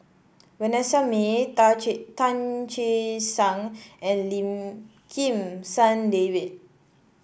Vanessa Mae Tan Che Sang and Lim Kim San David